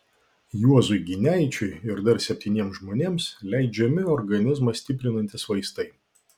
juozui gineičiui ir dar septyniems žmonėms leidžiami organizmą stiprinantys vaistai